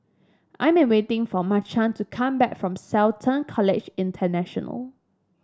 I am waiting for Mychal to come back from Shelton College International